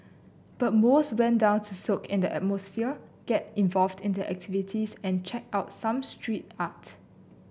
but most went down to soak in the atmosphere get involved in the activities and check out some street art